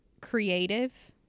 creative